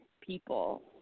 people